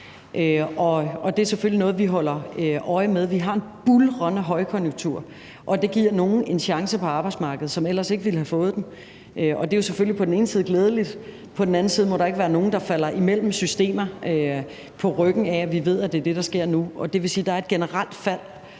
det er selvfølgelig noget, vi holder øje med. Vi har en buldrende højkonjunktur, og det giver nogle en chance på arbejdsmarkedet, som ellers ikke ville have fået den, og det er jo selvfølgelig på den ene side glædeligt. På den anden side må der ikke være nogen, der falder imellem systemer på ryggen af, at vi ved, at det er det, der sker nu, og det vil sige, at der er et generelt fald